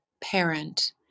parent